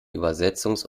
übersetzungs